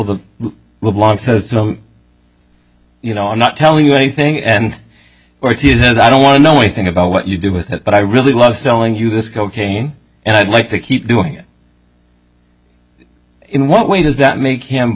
so you know i'm not telling you anything and where it says i don't want to know anything about what you do with it but i really love showing you this cocaine and i'd like to keep doing it in what way does that make him